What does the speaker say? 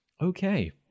Okay